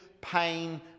pain